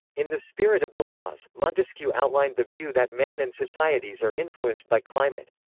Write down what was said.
in the spirit of the laws, montesquieu outlined the view that man and societies are influenced by climate.